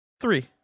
three